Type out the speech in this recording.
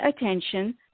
attention